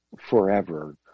forever